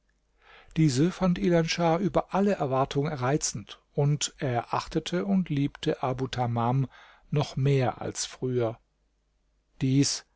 diese fand ilan schah über alle erwartung reizend und er achtete und liebte abu tamam noch mehr als früher dies